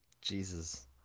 Jesus